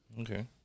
okay